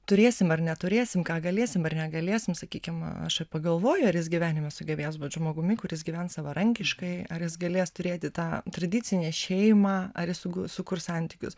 turėsim ar neturėsim ką galėsim ar negalėsim sakykime aš ipagalvoju ar jis gyvenime sugebės būt žmogumi kuris gyvens savarankiškai ar jis galės turėti tą tradicinę šeimą ar jis sukurs santykius